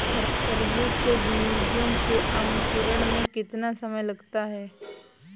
तरबूज के बीजों के अंकुरण में कितना समय लगता है?